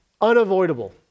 unavoidable